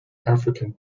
african